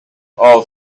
all